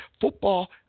football